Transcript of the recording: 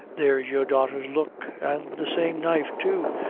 there's your daughter's look an' the same knife, too,